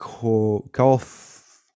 golf